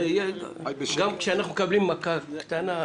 גם כשאנחנו מקבלים מכה קטנה,